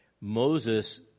Moses